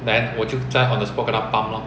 then 我就在 on the spot 跟他 pump lor